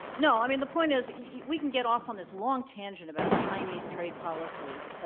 no, i mean the point is, yeah we can get off on this long tangent about chinese trade policies,